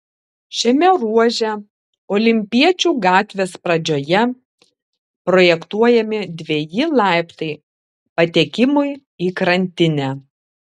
šiame ruože olimpiečių gatvės pradžioje projektuojami dveji laiptai patekimui į krantinę